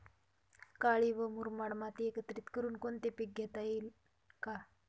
काळी व मुरमाड माती एकत्रित करुन कोणते पीक घेता येईल का?